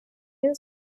він